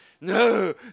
no